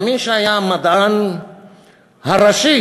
ממי שהיה המדען הראשי